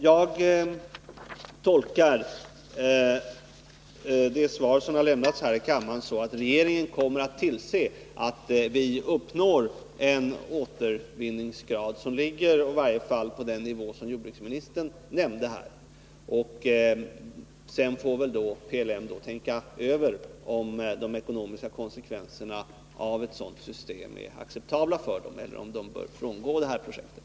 Jag tolkar alltså det svar som lämnats här i kammaren så att regeringen kommer att tillse att vi uppnår en återvinningsgrad som ligger i varje fall på den nivå som jordbruksministern nämnde här. Sedan får väl PLM tänka över om de ekonomiska konsekvenserna av ett sådant system är acceptabla för företaget eller om man bör frångå det här projektet.